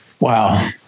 Wow